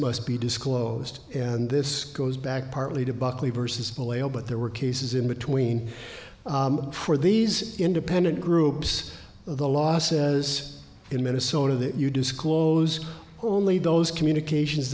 must be disclosed and this goes back partly to buckley vs palaeo but there were cases in between for these independent groups the law says in minnesota that you disclose only those communications